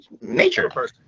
nature